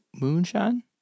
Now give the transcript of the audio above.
Moonshine